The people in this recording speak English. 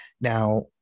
Now